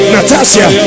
Natasha